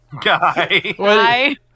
guy